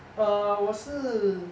err 我是